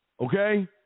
okay